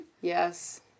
Yes